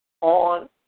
On